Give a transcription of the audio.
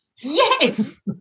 Yes